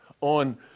on